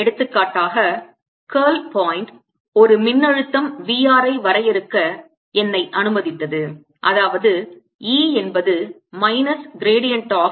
எடுத்துக்காட்டாக curl point ஒரு மின்னழுத்தம் V r ஐ வரையறுக்க என்னை அனுமதித்தது அதாவது E என்பது minus gradient of V r